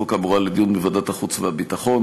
החוק האמורה לדיון בוועדת החוץ והביטחון.